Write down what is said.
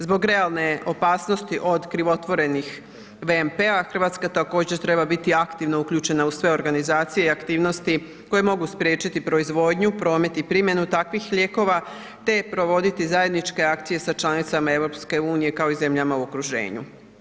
Zbog realne opasnosti od krivotvorenih VMP-a RH također treba biti aktivno uključena u sve organizacije i aktivnosti koje mogu spriječiti proizvodnju, promet i primjenu takvih lijekova, te provoditi zajedničke akcije sa članicama EU, kao i zemljama u okruženju.